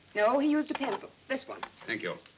no he used a pencil. this one. thank you.